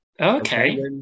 okay